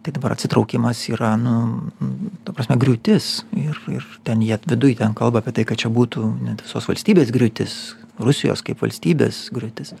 tai dabar atsitraukimas yra nu ta prasme griūtis ir ir ten jie viduj ten kalba apie tai kad čia būtų net visos valstybės griūtis rusijos kaip valstybės griūtis